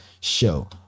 Show